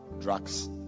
drugs